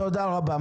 תודה רבה.